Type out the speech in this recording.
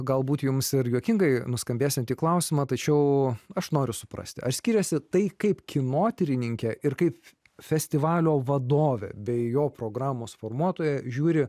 galbūt jums ir juokingai nuskambėsiantį klausimą tačiau aš noriu suprasti aš skiriasi tai kaip kinotyrininkė ir kaip festivalio vadovė bei jo programos formuotoja žiūri